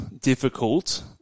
difficult